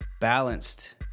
balanced